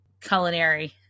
culinary